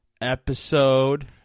Episode